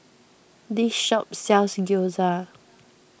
this shop sells Gyoza